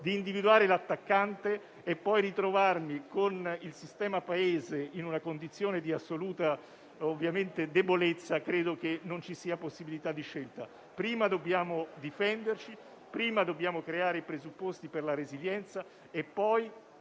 di individuare l'attaccante, per poi ritrovarmi con il sistema Paese in una condizione di assoluta debolezza, credo che non ci sia possibilità di scelta. Prima dobbiamo difenderci e creare i presupposti per la resilienza e poi,